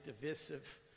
divisive